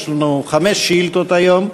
יש לנו חמש שאילתות היום.